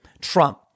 Trump